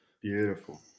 Beautiful